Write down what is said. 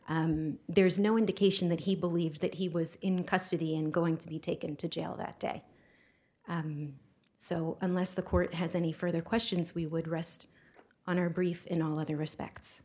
business there is no indication that he believes that he was in custody and going to be taken to jail that day so unless the court has any further questions we would rest on our brief in all other respects